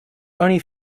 only